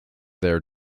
their